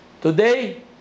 Today